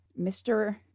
Mr